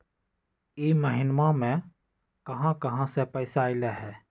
इह महिनमा मे कहा कहा से पैसा आईल ह?